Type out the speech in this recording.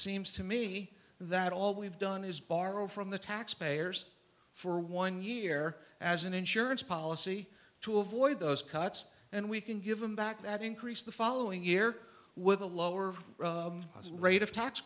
seems to me that all we've done is borrow from the taxpayers for one year as an insurance policy to avoid those cuts and we can give them back that increase the following year with a lower rate of tax